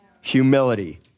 humility